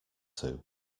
two